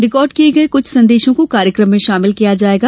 record किए गए कुछ संदेशों को कार्यक्रम में शामिल किया जाएगा